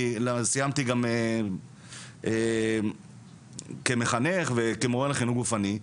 סיימתי גם כמחנך וכמורה לחינוך גופני.